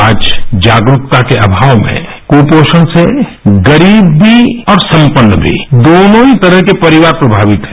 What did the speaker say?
आज जागरूकता के अभाव में कुपोषण से गरीब भी और संपन्न भी दोनों ही तरह के परिवार प्रभावित हैं